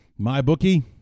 MyBookie